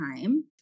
time